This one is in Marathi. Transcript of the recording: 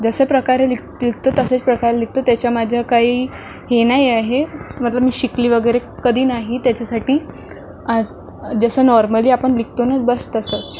जसे प्रकारे लिख लिखतो तसेच प्रकारे लिखतो त्याच्या माझ्या काही हे नाही आहें मतलब मी शिकली वगैरे कधी नाही त्याच्यासाठी जसं नॉर्मली आपण लिखतो नं बस तसंच